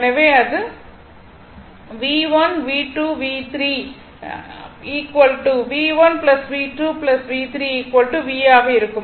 எனவே இது V1 V2 V3 V ஆக இருக்கும்